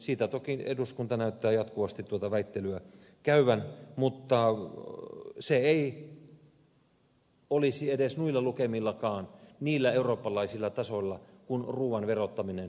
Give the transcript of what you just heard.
siitä toki eduskunta näyttää jatkuvasti tuota väittelyä käyvän mutta se ei olisi edes noilla lukemilla niillä eurooppalaisilla tasoilla millä ruuan verottamisen pitäisi olla